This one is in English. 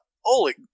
Holy